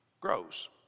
grows